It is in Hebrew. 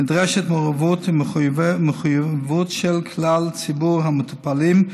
נדרשת מעורבות ומחויבות של כלל ציבור המטופלים,